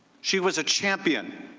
she was a champion